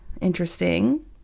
interesting